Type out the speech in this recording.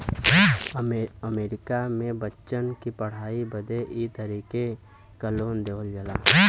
अमरीका मे बच्चन की पढ़ाई बदे ई तरीके क लोन देवल जाला